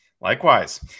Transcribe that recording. Likewise